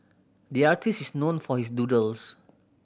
the artist is known for his doodles